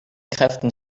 kräften